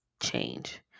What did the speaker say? change